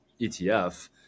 etf